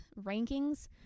rankings